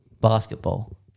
Basketball